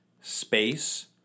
space